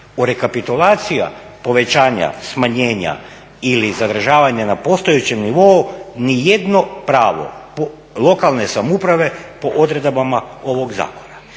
rekapitulacija povećanja, smanjenja ili zadržavanja na postojećem nivou, nijedno pravo lokalne samouprave po odredbama ovog zakona.